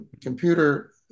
computer